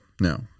No